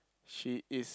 she is